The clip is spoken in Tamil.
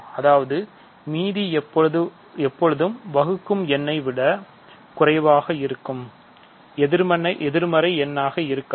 அதாவதுமீதி எப்போதும் வகுக்கும் எண்ணை விட குறைவாக இருக்கும் எதிர்மறை எண்ணாக இருக்காது